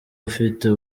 ufite